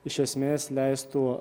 iš esmės leistų